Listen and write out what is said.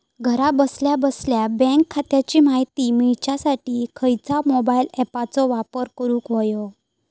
घरा बसल्या बसल्या बँक खात्याची माहिती मिळाच्यासाठी खायच्या मोबाईल ॲपाचो वापर करूक होयो?